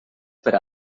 per